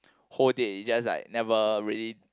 whole day you just like never really